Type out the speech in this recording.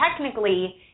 Technically